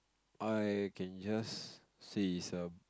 I can just say is a